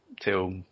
till